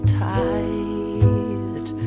tight